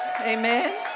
Amen